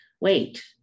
wait